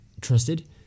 trusted